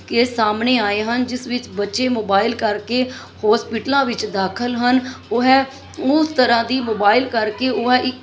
case ਸਾਹਮਣੇ ਆਏ ਹਨ ਜਿਸ ਵਿੱਚ ਬੱਚੇ ਮੋਬਾਈਲ ਕਰਕੇ ਹੋਸਪਿਟਲਾਂ ਵਿੱਚ ਦਾਖਲ ਹਨ ਉਹ ਹੈ ਉਸ ਤਰ੍ਹਾਂ ਦੀ ਮੋਬਾਈਲ ਕਰਕੇ ਉਹ ਹੈ ਇੱਕ